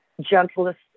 gentlest